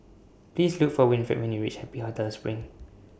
Please Look For Winfred when YOU REACH Happy Hotel SPRING